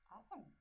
Awesome